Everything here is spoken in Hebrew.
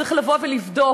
צריך לבוא ולבדוק,